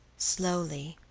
slowly,